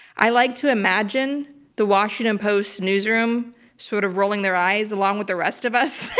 i like to imagine the washington post newsroom sort of rolling their eyes along with the rest of us,